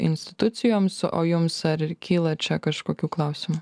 institucijoms o jums ar ir kyla čia kažkokių klausimų